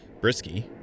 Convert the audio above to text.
Brisky